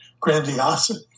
grandiosity